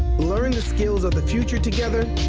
learn the skills of the future together,